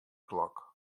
klok